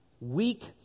weak